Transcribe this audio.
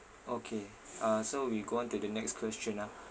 okay uh so we go on to the next question ah